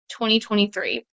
2023